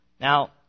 Now